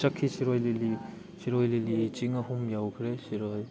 ꯆꯠꯈꯤ ꯁꯤꯔꯣꯏ ꯂꯤꯂꯤ ꯁꯤꯔꯣꯏ ꯂꯤꯂꯤ ꯆꯤꯡ ꯑꯍꯨꯝ ꯌꯧꯈ꯭ꯔꯦ ꯁꯤꯔꯣꯏ